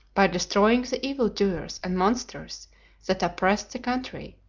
by destroying the evil-doers and monsters that oppressed the country,